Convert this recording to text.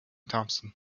thompson